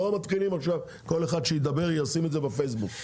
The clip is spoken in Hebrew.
לא מתחילים עכשיו כל אחד שידבר וישים את זה בפייסבוק.